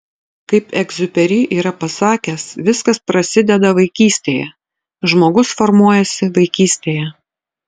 kaip egziuperi yra pasakęs viskas prasideda vaikystėje žmogus formuojasi vaikystėje